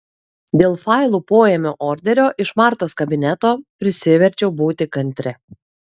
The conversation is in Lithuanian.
dėl failų poėmio orderio iš martos kabineto prisiverčiau būti kantri